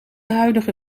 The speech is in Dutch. huidige